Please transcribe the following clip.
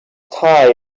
time